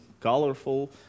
colorful